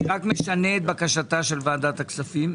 אני משנה את בקשת ועדת הכספים.